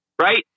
right